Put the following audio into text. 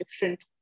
different